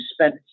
spent